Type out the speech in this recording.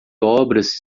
obras